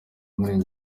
muri